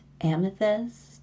amethyst